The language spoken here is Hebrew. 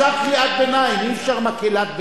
אפשר קריאת ביניים, אי-אפשר מקהלת ביניים.